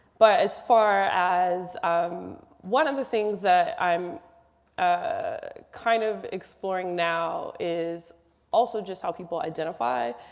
but as far as um one of the things that i'm ah kind of exploring now is also just how people identify.